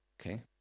Okay